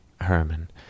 Herman